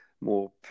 more